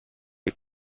les